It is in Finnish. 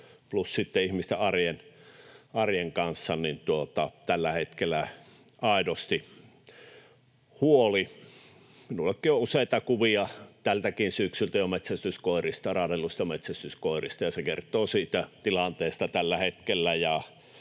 ihmisten arjen kanssa tällä hetkellä aidosti huoli. Minullakin on useita kuvia tältäkin syksyltä jo raadelluista metsästyskoirista, ja se kertoo siitä tilanteesta tällä hetkellä,